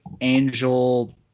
Angel